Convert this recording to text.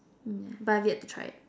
mm yeah but I've yet to try it